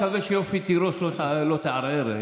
אני מקווה שיופי תירוש לא תערער,